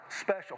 special